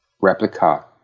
replica